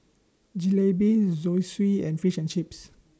Jalebi Zosui and Fish and Chips